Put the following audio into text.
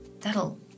That'll